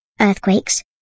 earthquakes